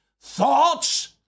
Thoughts